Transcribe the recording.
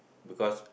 because